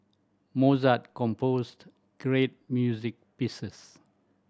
Mozart composed great music pieces